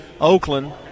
Oakland